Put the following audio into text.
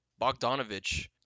Bogdanovich